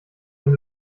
wenn